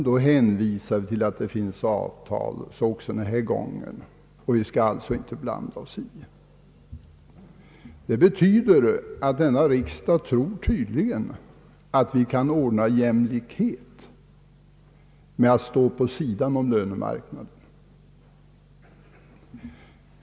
Då hänvisar vi till att det finns avtal — så också den här gången — och att vi alltså inte skall blanda oss i dem. Det betyder att denna riksdag tydligen tror att vi kan ordna jämlikhet genom att stå vid sidan om lönemarknaden.